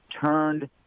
turned